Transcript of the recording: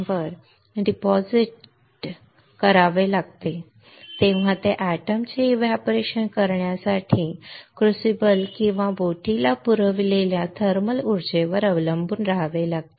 म्हणूनच आम्ही येथे जे म्हणतो ते असे आहे की जेव्हा तुम्हाला फिजिकल वेपर डिपॉझिशन वापरावे लागते तेव्हा ते एटम चे एव्हपोरेशन करण्यासाठी क्रुसिबल किंवा बोटीला पुरविलेल्या थर्मल उर्जेवर अवलंबून राहावे लागते